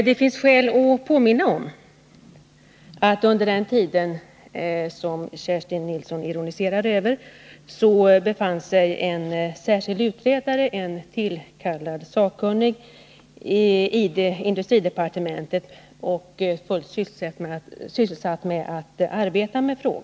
Det finns skäl att påminna om att under den tid som Kerstin Nilsson ironiserade över var en särskilt tillkallad sakkunnig i industridepartementet fullt sysselsatt med att arbeta med frågan.